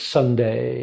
Sunday